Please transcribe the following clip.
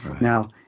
Now